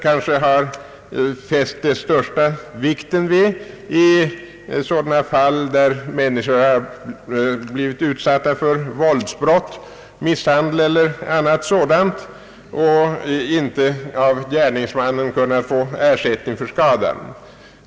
Vad man fäst största vikten vid är sådana fall där människor har blivit utsatta för våldsbrott, misshandel eller dylikt och inte av gärningsmannen kunnat få ersättning för skadan.